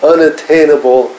unattainable